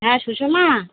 হ্যাঁ সুষমা